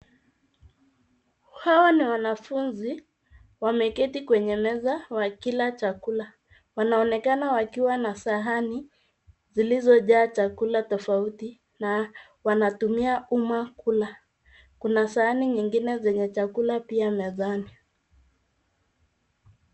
Hawa ni wanafunzi wameketi kwenye meza wakila chakula. Wanaonekana wakiwa na sahani, zilizojaa chakula tofauti na wanatumia uma kula. Kuna sahani nyingine zenye chakula pia mezani.